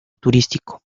turístico